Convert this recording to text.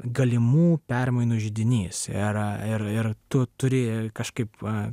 galimų permainų židinys ir ir ir tu turi kažkaip va